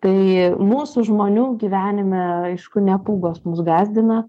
tai mūsų žmonių gyvenime aišku ne pūgos mus gąsdina